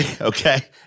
okay